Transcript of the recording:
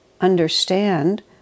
understand